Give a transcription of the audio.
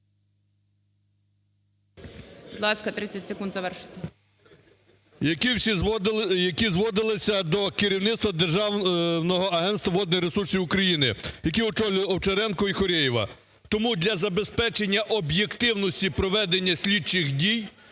які зводилися до керівництва Державного агентства водних ресурсів України, яке очолювали Овчаренко іХорєв. Тому для забезпечення об'єктивності проведення слідчих дій